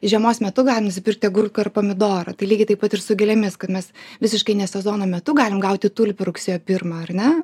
žiemos metu gali nusipirkti agurkų ar pomidorų tai lygiai taip pat ir su gėlėmis kad mes visiškai ne sezono metu galim gauti tulpių rugsėjo pirmą ar ne